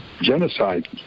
Genocide